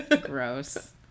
Gross